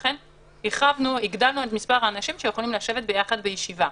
ולכן הגדלנו את מספר האנשים שיכולים לשבת ביחד בישיבה.